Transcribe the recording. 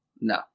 No